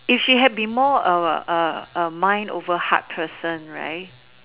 if she had been more um uh uh mind over heart person right